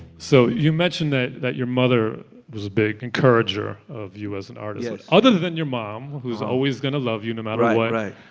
so you mentioned that that your mother was a big encourager of you as an artist. other than your mom, who's always going to love you no matter what. right, right.